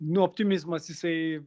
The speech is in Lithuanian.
nu optimizmas jisai